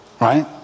Right